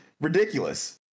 ridiculous